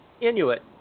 Inuit